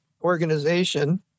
organization